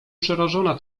przerażona